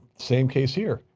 same case here.